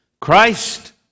Christ